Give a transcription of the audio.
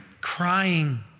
crying